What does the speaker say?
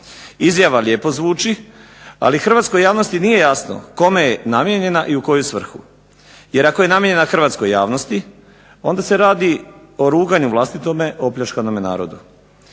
Izjava lijepo zvuči, ali hrvatskoj javnosti nije jasno kome je namijenjena i u koju svrhu. Jer ako je namijenjena hrvatskoj javnosti onda se radi o ruganju vlastitome opljačkanome narodu.